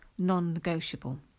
non-negotiable